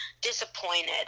disappointed